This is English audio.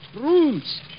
Rooms